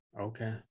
okay